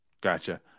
Gotcha